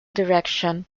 direction